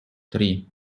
три